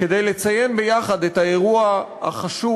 כדי לציין ביחד את האירוע החשוב,